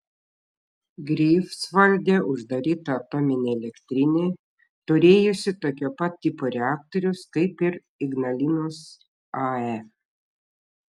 greifsvalde uždaryta atominė elektrinė turėjusi tokio pat tipo reaktorius kaip ir ignalinos ae